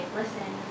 listen